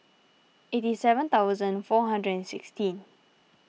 eighty seven thousand four hundred and sixteen